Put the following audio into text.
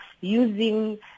using